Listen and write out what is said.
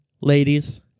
ladies